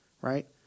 Right